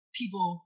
people